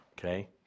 Okay